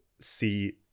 see